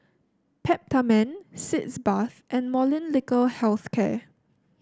Peptamen Sitz Bath and Molnylcke Health Care